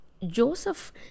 Joseph